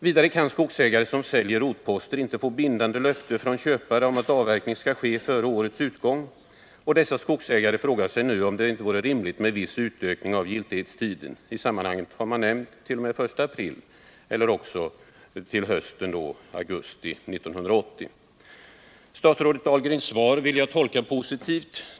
Vidare kan skogsägare som säljer rotposter inte få bindande löfte från köpare om att avverkning skall ske före årets utgång. Dessa skogsägare frågar sig nu, om det inte vore rimligt med viss utökning av giltighetstiden. I sammanhanget har man nämnt en förlängning t.o.m. den 1 april 1980 eller till augusti samma år. Statsrådet Dahlgrens svar vill jag tolka positivt.